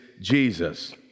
Jesus